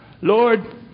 Lord